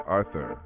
Arthur